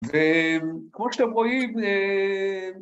‫וכמו שאתם רואים,